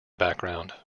background